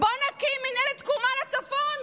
בואו נקים מינהלת תקומה לצפון,